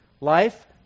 Life